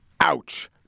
Ouch